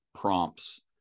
prompts